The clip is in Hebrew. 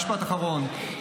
משפט אחרון,